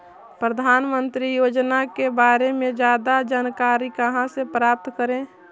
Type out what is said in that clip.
प्रधानमंत्री योजना के बारे में जादा जानकारी कहा से प्राप्त करे?